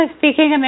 speaking